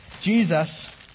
Jesus